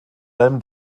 allem